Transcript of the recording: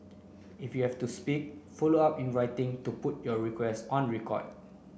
if you have to speak follow up in writing to put your request on record